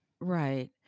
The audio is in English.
Right